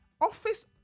office